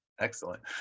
Excellent